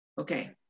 Okay